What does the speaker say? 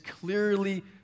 clearly